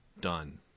done